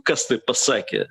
kas taip pasakė